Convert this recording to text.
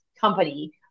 company